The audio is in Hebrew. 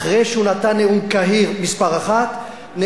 אחרי שהוא נתן נאום קהיר מס' 1,